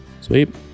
Sweet